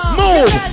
move